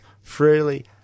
freely